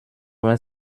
vingt